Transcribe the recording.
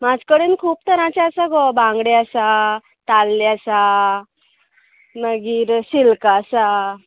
म्हाजें कडेन खूब तरांचे आसा गो बांगडे आसा ताल्ले आसा मागीर शेलकां आसा